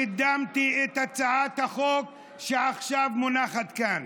קידמתי את הצעת החוק שעכשיו מונחת כאן.